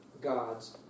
God's